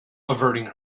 averting